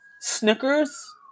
Snickers